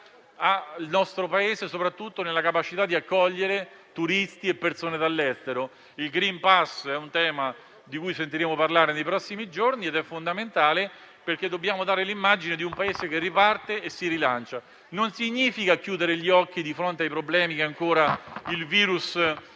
il nostro Paese soprattutto ai turisti e alle persone provenienti dall'estero. Il *green* *pass* è un tema di cui sentiremo parlare nei prossimi giorni ed è fondamentale perché dobbiamo dare l'immagine di un Paese che riparte e si rilancia. Non significa chiudere gli occhi di fronte ai problemi che ancora il virus